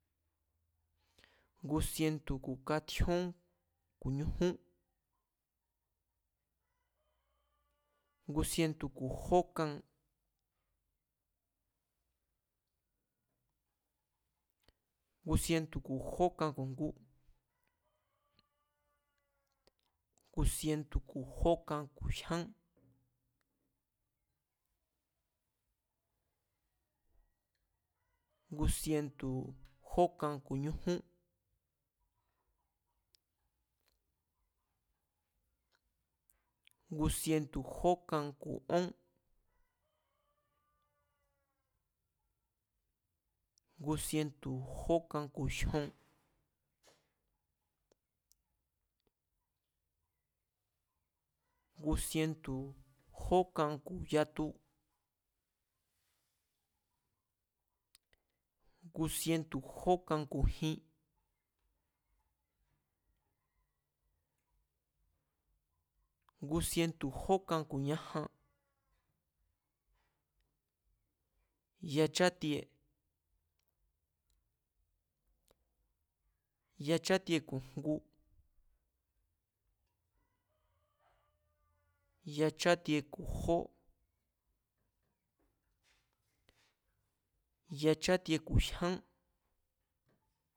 Ngu sientu̱ ku̱ katíé ku̱ ñujún, ngu sientu̱ ku̱ katjíón, ngu sientu̱ ku̱ katjíójngu, ngu sientu̱ ku̱ katjíón ku̱ jó, ngu sientu̱ ku̱ katjíón ku̱ jyán, ngu sientu̱ ku̱ katjíón ku̱ ñujún, ngu sientu̱ ku̱ jó kan, ngu sientu̱ ku̱ jókan ku̱ jngu, ngu sientu̱ ku̱ jókan ku̱ jón, ngu sientu̱ ku̱ jókan ku̱ jyán, ngu sientu̱ ku̱ jókan ku̱ ñujún, ngu sientu̱ ku̱ jókan ku̱ ón, ngu sientu̱ ku̱ jókan ku̱ jyon, ngu sientu̱ ku̱ jókan ku̱ yatu, ngu sientu̱ ku̱ jókan ku̱ jin, ngu sientu̱ ku̱ jókan ku̱ ñajan, ngu sientu̱ ku̱ yachátie, yachátie ku̱ jngu, yachátie ku̱ jó, yachátie ku̱ jyan